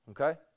okay